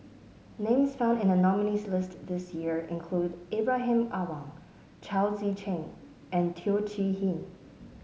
names found in the nominees' list this year include Ibrahim Awang Chao Tzee Cheng and Teo Chee Hean